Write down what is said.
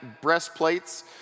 breastplates